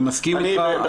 אני מסכים אתך.